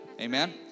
Amen